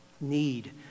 Need